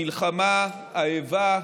המלחמה, האיבה,